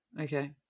Okay